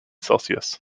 celsius